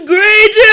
Great